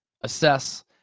assess